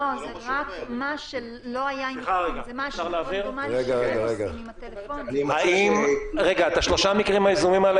זה רק משהו רנדומלי שהם עושים --- את שלושת המקרים היזומים האלה,